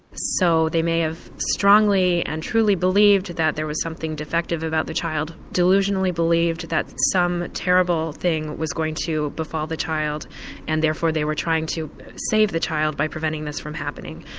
so they may have strongly and truly believed that there was something defective about the child, delusionally believed that some terrible thing was going to befall the child and therefore they were trying to save the child by preventing this from happening.